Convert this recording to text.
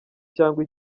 cyangwa